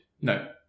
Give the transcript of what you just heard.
No